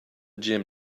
gym